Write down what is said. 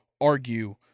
argue